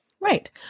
Right